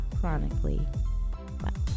chronically